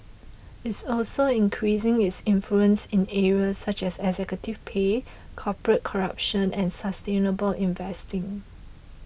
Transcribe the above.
it's also increasing its influence in areas such as executive pay corporate corruption and sustainable investing